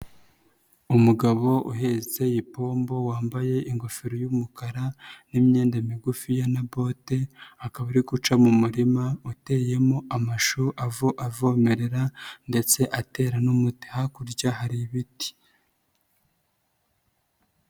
Umugabo uhetse ipombo wambaye ingofero y'umukara n'imyenda migufiya n'abote, akaba ari guca mu murima uteyemo amashu avomerera ndetse atera n'umuti, hakurya hari ibiti.